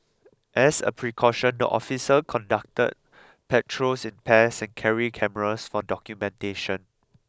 as a precaution the officers conduct patrols in pairs and carry cameras for documentation